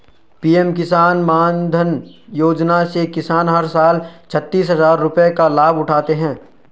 PM किसान मानधन योजना से किसान हर साल छतीस हजार रुपये का लाभ उठाते है